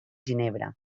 ginebra